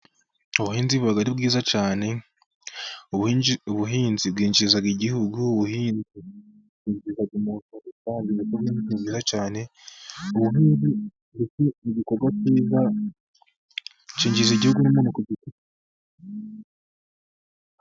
Ubuhinzi buba bwiza cyane, ubuhinzi bwinjiriza igihugu, ubuhinzi n'ibikorwa byiza bigira akamaro ku gihugu n'umuntu ku giti cye.